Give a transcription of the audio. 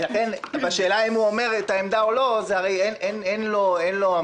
לכן לגבי השאלה אם הוא אומר את העמדה או לא הרי אין לו אמירה.